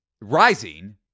rising